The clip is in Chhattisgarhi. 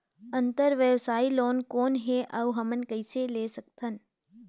अंतरव्यवसायी लोन कौन हे? अउ हमन कइसे ले सकथन?